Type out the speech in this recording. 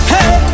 Hey